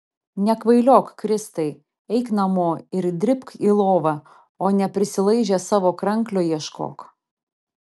nekvailiok kristai eik namo ir dribk į lovą o ne prisilaižęs savo kranklio ieškok